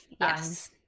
Yes